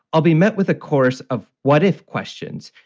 i'll be met with a course of what if questions.